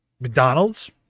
mcdonald's